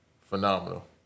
Phenomenal